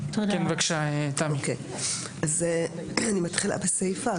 מרכז השלטון המקומי, אני יועץ משפטי לתחום יחסי